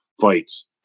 fights